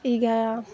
ಈಗ